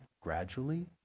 gradually